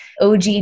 OG